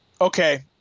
Okay